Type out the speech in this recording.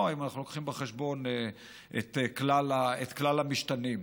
אם אנחנו מביאים בחשבון את כלל המשתנים.